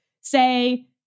say